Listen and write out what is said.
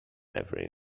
never